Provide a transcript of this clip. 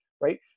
right